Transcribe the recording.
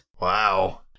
Wow